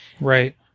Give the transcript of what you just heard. right